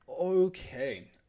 Okay